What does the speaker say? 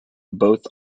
both